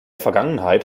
vergangenheit